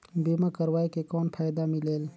बीमा करवाय के कौन फाइदा मिलेल?